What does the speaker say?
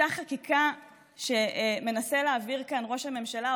אותה חקיקה שמנסה להעביר כאן ראש הממשלה,